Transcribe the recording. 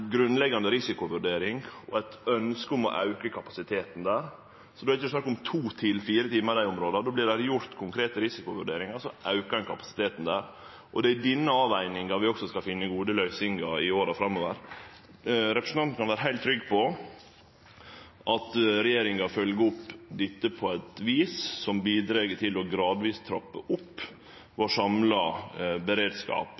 grunnleggjande risikovurdering og eit ønske om å auke kapasiteten der. Så da er det ikkje snakk om to til fire timar i dei områda; då vert det gjort konkrete risikovurderingar, og så aukar ein kapasiteten der. Og det er i denne avveginga vi også skal finne gode løysingar i åra framover. Representanten kan vere heilt trygg på at regjeringa følgjer opp dette på eit vis som bidreg til gradvis å trappe opp